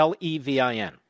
levin